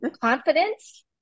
confidence